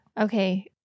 okay